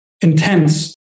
intense